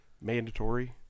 Mandatory